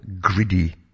greedy